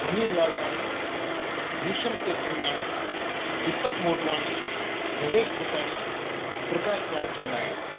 honey Lalwani Bhisham Tekchandani Deepak Motwani Naresh Bhutani Prakash Lalchandani